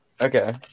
Okay